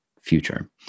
future